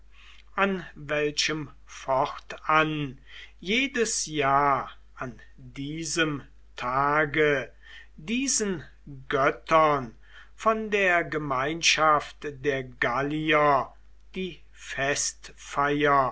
an welchem fortan jedes jahr an diesem tage diesen göttern von der gemeinschaft der gallier die